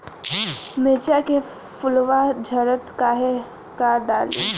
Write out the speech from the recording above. मिरचा के फुलवा झड़ता काहे का डाली?